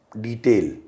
detail